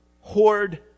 hoard